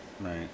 Right